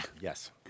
Yes